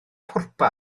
pwrpas